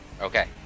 Okay